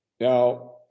Now